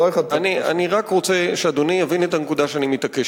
אני רק רוצה שאדוני יבין את הנקודה שאני מתעקש